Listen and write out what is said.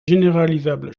généralisables